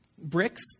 Bricks